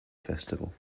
festival